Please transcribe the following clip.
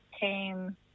came